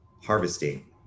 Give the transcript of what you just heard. harvesting